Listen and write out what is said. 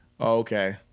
Okay